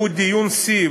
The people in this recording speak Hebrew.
שהוא דיון שיא,